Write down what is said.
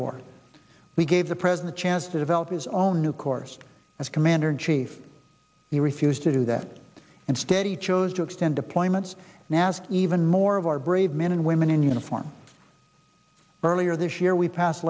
war we gave the president a chance to develop his own new corps as commander in chief he refused to do that and steady chose to extend deployments as even more of our brave men and women in uniform earlier this year we pass